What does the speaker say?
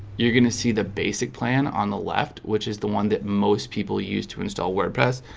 you're gonna see the basic plan on the left which is the one that most people use to install wordpress?